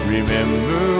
Remember